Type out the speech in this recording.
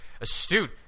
astute